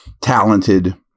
talented